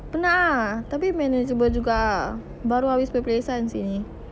penat ah tapi manageable juga ah baru habis peperiksaan seh